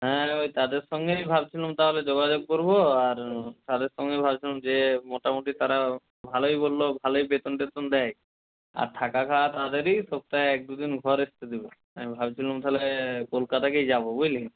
হ্যাঁ ওই তাদের সঙ্গেই ভাবছিলাম তাহলে যোগাযোগ করবো আর তাদের সঙ্গেই ভাবছিলাম যে মোটামুটি তারা ভালোই বললো ভালোই বেতন টেতন দেয় আর থাকা খাওয়া তাদেরই সপ্তাহে এক দুদিন ঘর আসতে দিবে আমি ভাবছিলুম তাহলে কলকাতাকেই যাব বুঝলি